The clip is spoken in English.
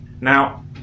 Now